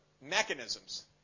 mechanisms